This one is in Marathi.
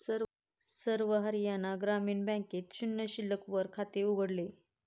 सर्व हरियाणा ग्रामीण बँकेत शून्य शिल्लक वर खाते उघडले